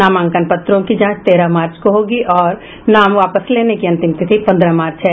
नामांकन पत्रों की जांच तेरह मार्च को होगी और नाम वापस लेने की अंतिम तिथि पन्द्रह मार्च है